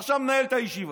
עכשיו מנהל את הישיבה,